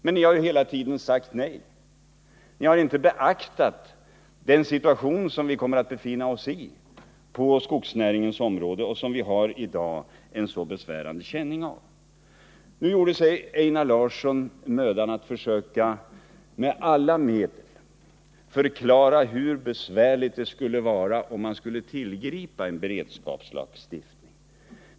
Men ni har hela tiden sagt nej. Ni har inte beaktat den situation vi kommer att befinna oss i på skogsnäringens område och som vi i dag har en så besvärande känning av. Einar Larsson gjorde sig mödan att med alla medel försöka förklara hur besvärligt det skulle vara om man skulle tillgripa en beredskapslagstiftning.